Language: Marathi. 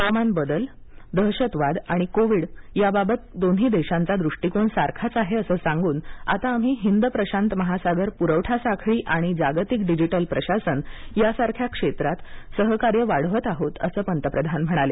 हवामान बदल दहशतवाद आणि कोविड साथ याबाबतचा दोन्ही देशांचा दृष्टीकोन सारखाच आहे असं सांगून आता आम्ही हिंद प्रशांत महासागर पुरवठा साखळी आणि जागतिक डिजिटल प्रशासन यासारख्या क्षेत्रात सहकार्य वाढवत आहोत असं पंतप्रधान म्हणाले